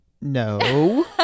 No